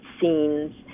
scenes